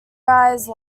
raise